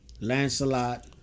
Lancelot